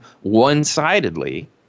one-sidedly